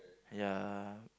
ya